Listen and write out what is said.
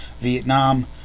Vietnam